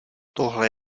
tohle